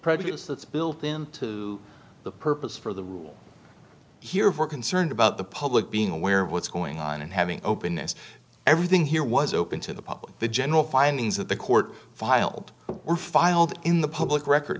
prejudice that's built into the purpose for the rule here for concerned about the public being aware of what's going on and having openness everything here was open to the public the general findings that the court filed or filed in the public record